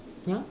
ya